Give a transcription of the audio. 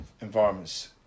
environments